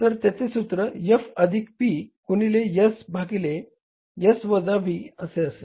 तर त्याचे सूत्र F अधिक P गुणिले S भागिले S वजा V असे असेल